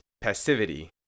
passivity